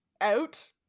out